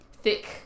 thick